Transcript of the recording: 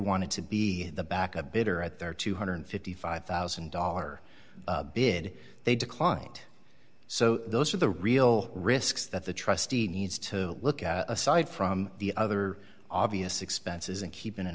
wanted to be in the back a bit or at their two hundred and fifty five thousand dollars bid they declined so those are the real risks that the trustee needs to look at aside from the other obvious expenses and keep